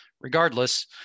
regardless